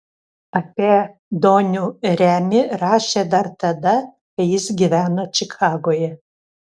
apie donių remį rašė dar tada kai jis gyveno čikagoje